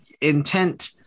intent